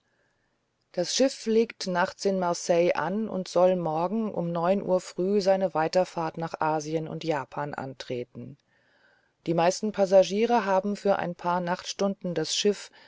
das schiff legt nachts in marseille an und soll morgen um neun uhr früh seine weiterfahrt nach asien und japan antreten die meisten passagiere haben für ein paar nachtstunden das schiff